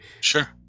Sure